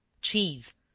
cheese,